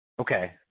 Okay